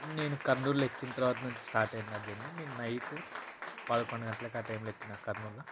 నేను కర్నూల్లో ఎక్కిన తర్వాత నుంచి స్టార్టయింది నా జర్నీ నేను నైటు పదకొండు గంటలకి టైములో ఎక్కిన కర్నూల్లో